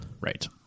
right